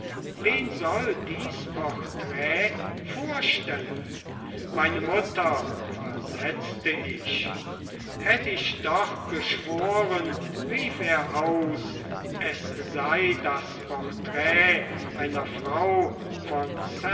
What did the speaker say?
wen soll dies porträt vorstellen meine mutter versetzte ich hätt ich doch geschworen rief er aus es sei das porträt einer frau von